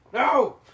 No